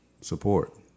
Support